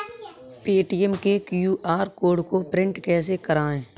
Paytm के QR code को print कैसे करवाएँ?